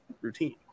routine